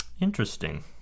Interesting